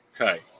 Okay